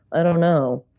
i don't know.